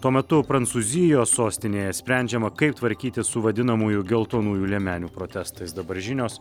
tuo metu prancūzijos sostinėje sprendžiama kaip tvarkytis su vadinamųjų geltonųjų liemenių protestais dabar žinios